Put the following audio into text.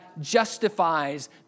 justifies